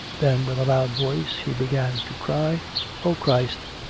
then with a loud voice he began to cry o christ,